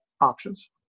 options